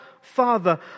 Father